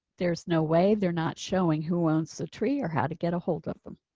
there's no way they're not showing who wants a tree or how to get ahold of them.